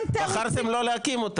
בחרתם לא להקים אותה.